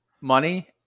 money